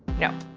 no.